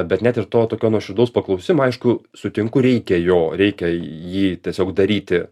bet net ir to tokio nuoširdaus paklausimo aišku sutinku reikia jo reikia jį tiesiog daryti